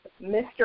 Mr